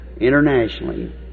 internationally